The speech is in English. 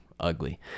ugly